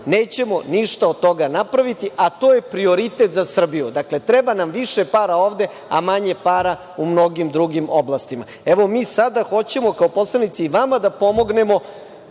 nećemo ništa od toga napraviti, a to je prioritet za Srbiju. Dakle, treba nam više para ovde, a manje para u mnogim drugim oblastima. Mi sada hoćemo, kao poslanici, vama da pomognemo